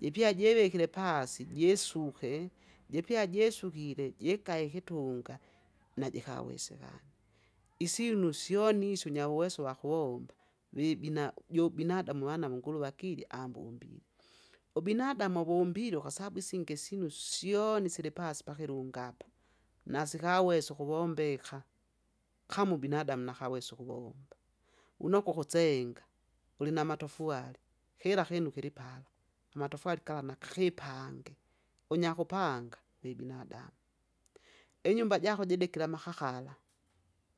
Jipya jevikire pasi jesuke, jipya jesukile jikae ikitunga, najikawesekana, isyinu syoni nyauweso uwakuwomba, vibina jubinadamau wana wunguruve akili ambombile. Ubinadamu avombilwe kwasabu isingi isyinu syoni silipasi pakilunga apa. nasikawesa ukuwombeka, kama ubinadamu nakawesa ukuwomba. Unokwe ukusenga ulinamatofwalia, kira kinu kilipala, amatofwari gala nakipange, unyakupanda wibinadamu. Inyumba jako jidikira amakakala,